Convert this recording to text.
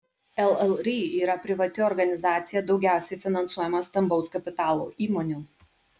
llri yra privati organizacija daugiausiai finansuojama stambaus kapitalo įmonių